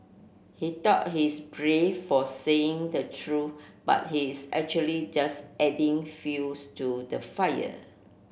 he thought he's brave for saying the truth but he's actually just adding fuels to the fire